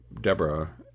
Deborah